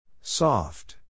Soft